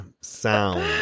sound